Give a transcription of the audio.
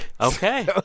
Okay